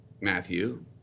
Matthew